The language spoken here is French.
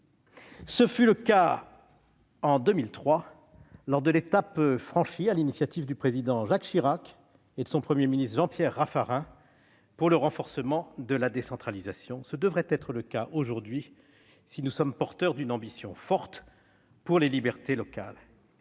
Ce fut le cas en 2003, lors de l'étape franchie sur l'initiative du président Jacques Chirac et de son Premier ministre, Jean-Pierre Raffarin, pour le renforcement de la décentralisation. Ce devrait être le cas aujourd'hui, à condition que le Gouvernement soit, comme nous, animé d'une ambition forte pour les libertés locales